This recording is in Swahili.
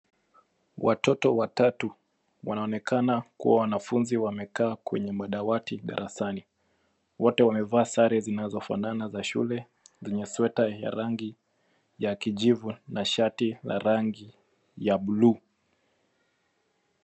Watoto watatu wanaonekana kuwa wanafunzi wamekaa kwenye madawati darasani. Wote wamevaa sare zinazofanana za shule zenye sweta ya rangi ya kijivu na shati la rangi ya buluu.